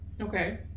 Okay